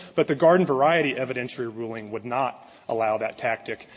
but the garden variety evidentiary ruling would not allow that tactic.